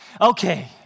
Okay